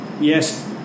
yes